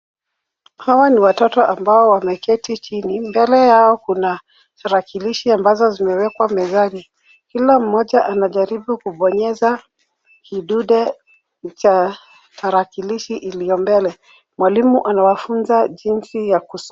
Hawa ni watoto ambao wameketi chini. Mbele yao kuna tarakilishi ambazo zimewekwa mezani. Kila mmoja anajaribu kubonyeza kidude cha tarakilishi iliyo mbele. Mwalimu anawafunza jinsi ya kusoma.